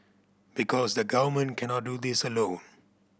because the Government cannot do this alone